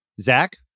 Zach